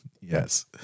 Yes